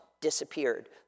disappeared